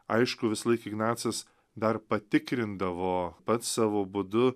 aišku visąlaik ignacas dar patikrindavo pats savo būdu